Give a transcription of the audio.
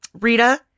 Rita